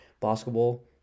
basketball